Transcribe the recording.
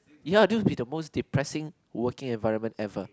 ya do be the most depressing working environment ever